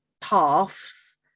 paths